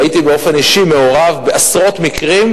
והייתי מעורב באופן אישי בעשרות מקרים